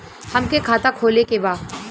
हमके खाता खोले के बा?